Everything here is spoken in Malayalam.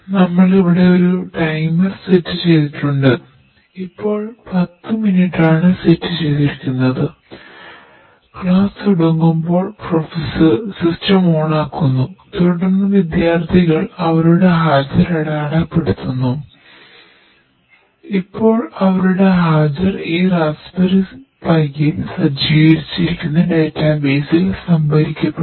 നമ്മൾ ഇവിടെ ഒരു ടൈമർ സംഭരിക്കപ്പെടും